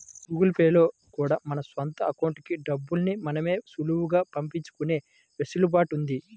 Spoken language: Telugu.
గూగుల్ పే లో కూడా మన సొంత అకౌంట్లకి డబ్బుల్ని మనమే సులభంగా పంపించుకునే వెసులుబాటు ఉంది